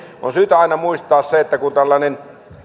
on syytä aina muistaa se että kun tällainen